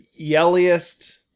yelliest